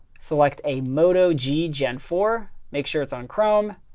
select a moto g gen four. make sure it's on chrome.